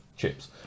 chips